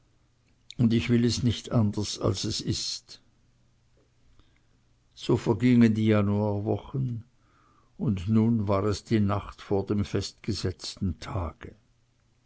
und ich will es nicht anders als es ist so vergingen die januarwochen und nun war es die nacht vor dem festgesetzten tage